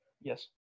Yes